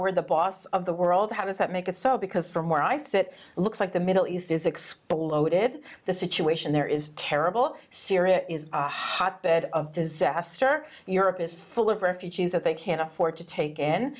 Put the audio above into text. we're the boss of the world how does that make it so because from where i sit looks like the middle east is exploded the situation there is terrible syria is a hot bed of disaster europe is full of refugees that they can't afford to take